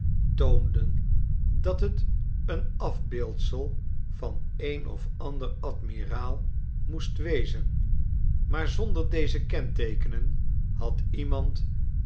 toonden dat het een afbeeldsel van een of ander admiraal moest wezen maar zonder deze kenteekenen had iemand